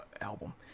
album